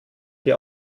die